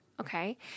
Okay